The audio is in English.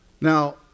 Now